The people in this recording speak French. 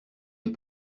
les